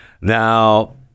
Now